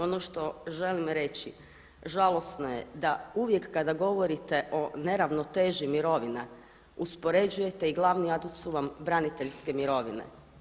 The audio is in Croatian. Ono što želim reći, žalosno je da uvijek kada govorite o neravnoteži mirovina uspoređujete i glavni adut su vam braniteljske mirovine.